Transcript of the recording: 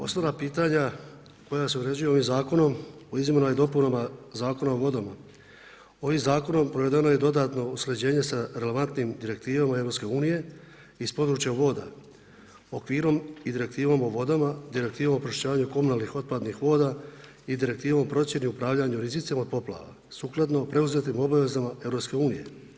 Osnovna pitanja koja se uređuju ovim zakonom o izmjenama i dopunama Zakon o vodama, ovim zakonom provedeno je dodatno usklađenje sa relevantnim direktivama EU iz područja voda, okvirom i direktivom o vodama, direktivom o pročišćavanju komunalnih otpadnih voda i direktivom procjene i upravljanja rizicima od poplava sukladno preuzetim obvezama EU.